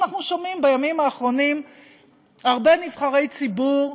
אנחנו שומעים בימים האחרונים הרבה נבחרי ציבור,